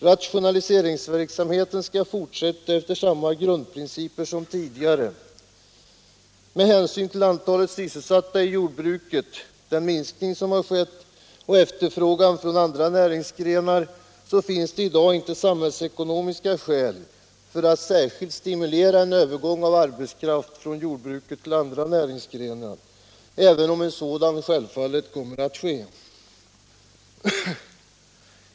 Ratidnaliseringsverksamheten skall fortsätta efter samma grundprinciper som tidigare. Med hänsyn till antalet sysselsatta i jordbruket, den minskning som skett och efterfrågan från andra näringsgrenar finns det i dag inte samhällsekonomiska skäl för att särskilt stimulera en övergång av arbetskraft från jordbruket till andra näringsgrenar, även om en sådan självfallet kommer att ske.